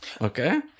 okay